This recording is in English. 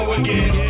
again